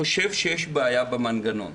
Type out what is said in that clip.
אני חושב שיש בעיה במנגנון,